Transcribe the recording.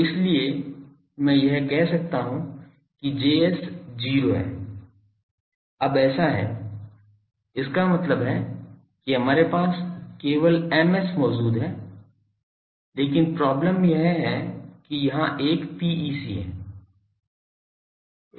तो इसीलिए मैं यह कह सकता हूं कि Js 0 अब ऐसा है इसका मतलब है कि हमारे पास केवल Ms मौजूद है लेकिन प्रॉब्लम यह है कि यहाँ एक PEC है